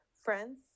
Friends